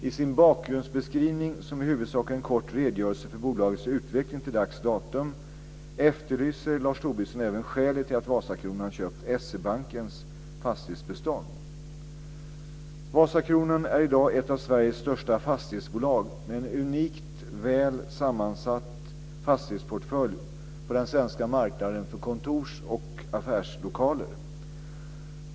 I sin bakgrundsbeskrivning, som i huvudsak är en kort redogörelse för bolagets utveckling till dags datum, efterlyser Lars Tobisson även skälet till att Vasakronan köpt S Vasakronan är i dag ett av Sveriges största fastighetsbolag med en unikt väl sammansatt fastighetsportfölj på den svenska marknaden för kontorsoch affärslokaler.